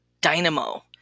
dynamo